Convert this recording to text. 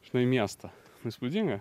žinai miestą įspūdinga